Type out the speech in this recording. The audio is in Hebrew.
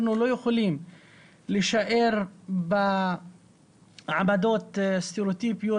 אנחנו לא יכולים להישאר בעמדות סטריאוטיפיות.